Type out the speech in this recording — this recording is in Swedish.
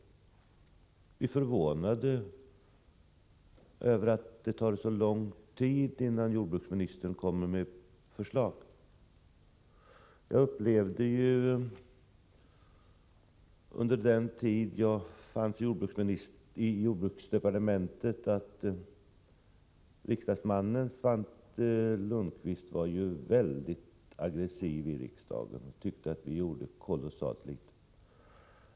Vi är också förvånade över att det tar så lång tid innan jordbruksministern kommer med förslag på området. Under den tid jag var i jordbruksdepartementet erfor jag att riksdagsmannen Svante Lundkvist var mycket aggressiv i riksdagen och tyckte att den dåvarande regeringen gjorde kolossalt litet.